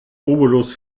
obolus